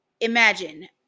imagine